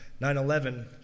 9-11